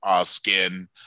skin